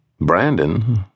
Brandon